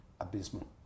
abysmal